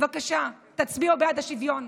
בבקשה, תצביעו בעד השוויון.